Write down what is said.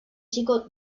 chico